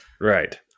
Right